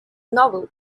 novel